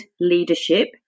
leadership